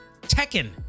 Tekken